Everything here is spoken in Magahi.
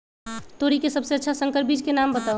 तोरी के सबसे अच्छा संकर बीज के नाम बताऊ?